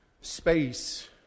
Space